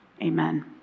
Amen